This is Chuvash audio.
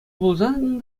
пулсан